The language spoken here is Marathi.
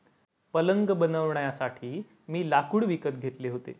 पलंग बनवण्यासाठी मी लाकूड विकत घेतले होते